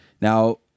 Now